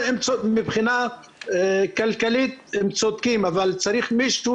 מבחינה כלכלית הם צודקים אבל צריך מישהו